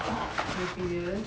my previous